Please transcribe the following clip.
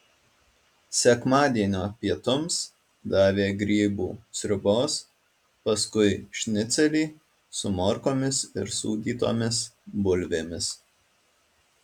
sekmadienio pietums davė grybų sriubos paskui šnicelį su morkomis ir sūdytomis bulvėmis